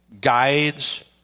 guides